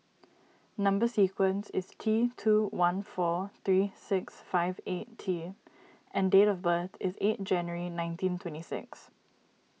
Number Sequence is T two one four three six five eight T and date of birth is eight January nineteen twenty six